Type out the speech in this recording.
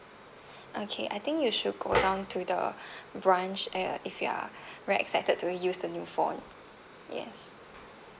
okay I think you should go down to the branch uh if you are very excited to use the new phone yes